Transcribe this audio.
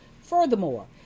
Furthermore